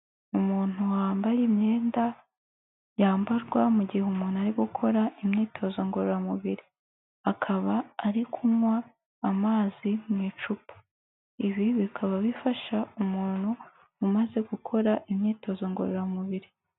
Umuntu wambaye imyenda yambarwa mu gihe umuntu ari gukora imyitozo ngororamubiri, akaba ari kunywa amazi mu icupa, ibi bikaba bifasha umuntu umaze gukora imyitozo ngororamubiri.